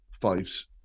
Fives